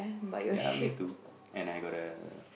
ya me too and I got a